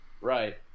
Right